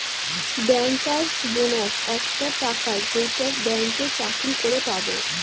bankers bonus একটা টাকা যেইটা ব্যাঙ্কে চাকরি করে পাবো